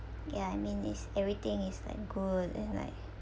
yeah I mean it's everything is like good and like